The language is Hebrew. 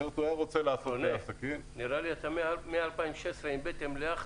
אחרת הוא היה רוצה לעשות עסקים --- נראה לי שמ-2016 אתה עם בטן מלאה,